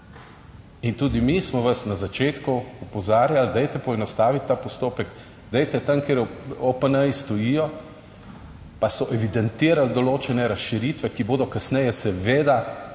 In tudi mi smo vas na začetku opozarjali, dajte poenostaviti ta postopek, dajte tam kjer OPN stojijo, pa so evidentirali določene razširitve, ki bodo kasneje seveda